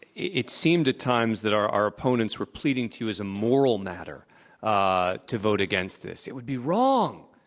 it seemed at times that our our opponents were pleading to you as a moral matter ah to vote against this. it would be wrong,